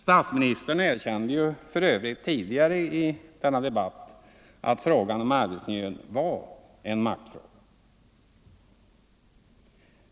Statsministern erkände ju för övrigt ti digare i denna debatt att frågan om arbetsmiljön var en maktfråga.